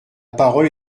parole